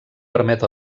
permet